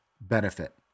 benefit